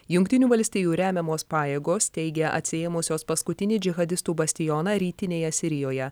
jungtinių valstijų remiamos pajėgos teigia atsiėmusios paskutinį džihadistų bastioną rytinėje sirijoje